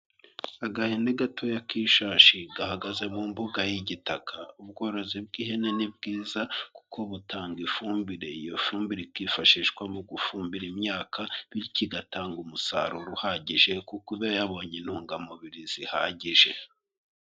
Agahene gatoya kishashi, gahagaze mu mbuga y'igitaka. Ubworozi bw'ihene nibwiza, kuko butanga ifumbire. Iyo fumbire ikifashishwa mu gufumbira imyaka, bityo igatanga umusaruro uhagije, kuko iba yabonye intungamubiri zihagije.